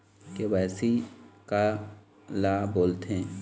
KYC काला बोलथें?